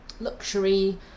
luxury